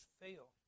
fail